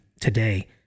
today